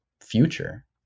future